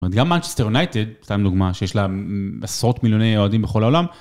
גם Manchester United, סתם דוגמה, שיש לה עשרות מיליוני אוהדים בכל העולם.